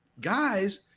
guys